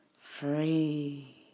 free